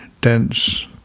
dense